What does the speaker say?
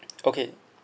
okay